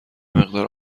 مقدار